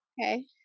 okay